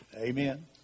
Amen